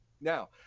Now